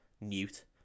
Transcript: Newt